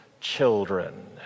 children